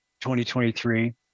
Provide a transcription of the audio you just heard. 2023